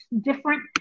different